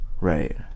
Right